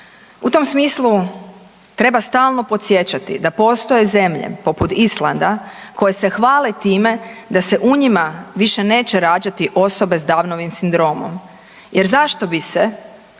U tom smislu treba stalno podsjećati da postoje zemlje poput Islanda koje se hvale time da se u njima više neće rađati osobe s Downovim sindromom jer zašto bi se